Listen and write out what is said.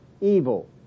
evil